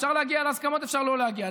אפשר להגיע להסכמות, אפשר לא להגיע.